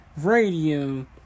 Radio